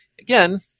Again